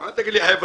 אל תגיד לי "חבר'ה".